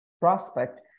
prospect